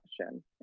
question